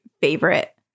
favorite